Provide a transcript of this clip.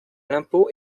l’impôt